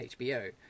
HBO